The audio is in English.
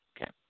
Okay